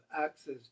access